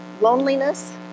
Loneliness